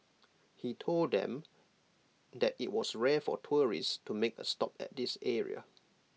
he told them that IT was rare for tourists to make A stop at this area